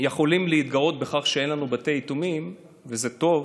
יכולים להתגאות בכך שאין לנו בתי יתומים, וזה טוב,